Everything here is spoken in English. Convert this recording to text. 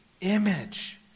image